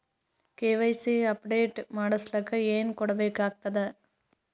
KYC update ಮಾಡಸ್ಲಕ ಏನೇನ ಕೊಡಬೇಕಾಗ್ತದ್ರಿ?